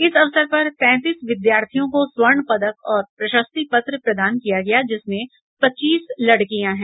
इस अवसर पर तेंतीस विद्यार्थियों को स्वर्ण पदक और प्रशस्ति पत्र प्रदान किया गया जिसमें पच्चीस लड़कियां हैं